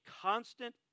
constant